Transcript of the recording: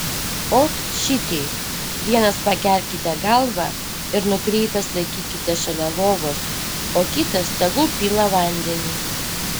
ot šiteip vienas pakelkite galvą ir nukreipęs laikykite šalia lovos o kitas tegul pila vandenį